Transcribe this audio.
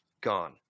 Gone